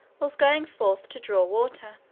was going forth to draw water.